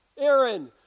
Aaron